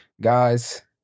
guys